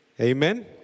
Amen